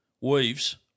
Weaves